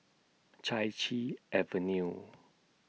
Chai Chee Avenue